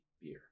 beer